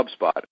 HubSpot